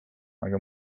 aga